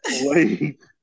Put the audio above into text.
Wait